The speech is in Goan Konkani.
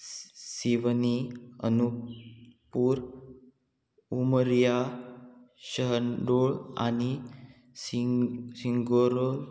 सिवनी अनुपूर उमरिया शहनदोळ आनी सिंग शिंगोरोल